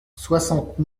soixante